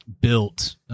built